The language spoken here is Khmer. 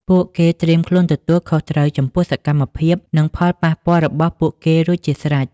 ពួកគេត្រៀមខ្លួនទទួលខុសត្រូវចំពោះសកម្មភាព និងផលប៉ះពាល់របស់ពួកគេរួចជាស្រេច ។